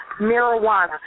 marijuana